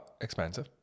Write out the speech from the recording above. Expensive